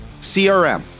CRM